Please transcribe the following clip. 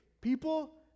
People